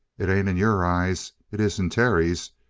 it ain't in your eyes. it is in terry's.